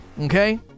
Okay